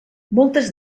moltes